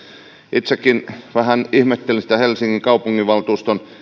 itsekin vähän ihmettelin sitä helsingin kaupunginvaltuuston